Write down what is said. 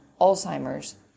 Alzheimer's